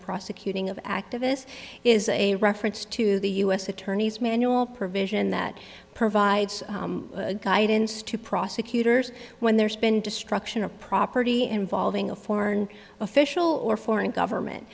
prosecuting of activists is a reference to the u s attorney's manual provision that provides guidance to prosecutors when there's been destruction of property involving a foreign official or foreign